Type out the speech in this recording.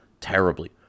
terribly